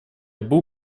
был